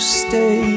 stay